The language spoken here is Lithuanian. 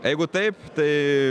jeigu taip tai